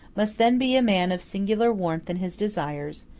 must then be a man of singular warmth in his desires,